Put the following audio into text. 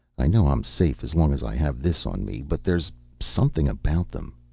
i know i'm safe as long as i have this on me. but there's something about them.